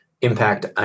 impact